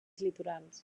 litorals